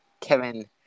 Kevin